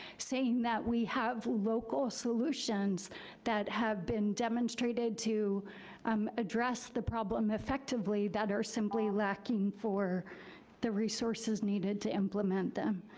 saying that we have local solutions that have been demonstrated to um address the problem effectively that are simply lacking for the resources needed to implement them.